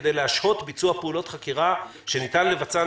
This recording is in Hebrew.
כדי להשהות ביצוע פעולות חקירה שניתן לבצען